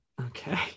Okay